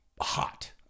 hot